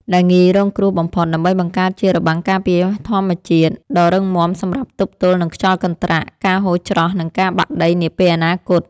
ដែលងាយរងគ្រោះបំផុត ដើម្បីបង្កើតជា របាំងការពារធម្មជាតិ ដ៏រឹងមាំសម្រាប់ទប់ទល់នឹងខ្យល់កន្ត្រាក់ ការហូរច្រោះ និងការបាក់ដីនាពេលអនាគត។